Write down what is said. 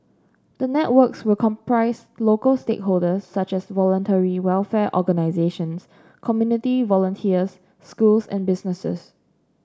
the networks will comprise local stakeholders such as Voluntary Welfare Organisations community volunteers schools and businesses